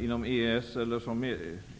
Inom EES eller som